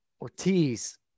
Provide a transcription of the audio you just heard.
Ortiz